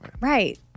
right